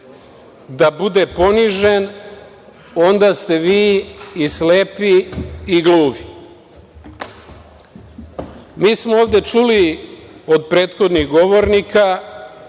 da bude ponižen, onda ste vi i slepi i gluvi. Mi smo ovde čuli od prethodnih govornika